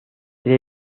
sede